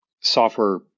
software